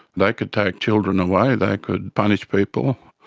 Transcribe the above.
they could take children away, they could punish people.